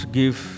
give